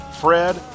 Fred